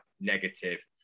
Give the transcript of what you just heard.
negative